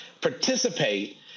participate